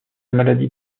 maladie